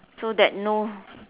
so that no